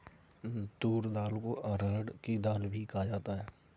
तूर दाल को अरहड़ की दाल भी कहा जाता है